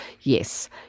yes